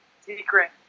secret